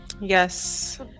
Yes